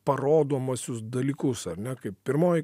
parodomuosius dalykus ar ne kaip pirmoji